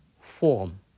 form